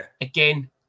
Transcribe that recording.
Again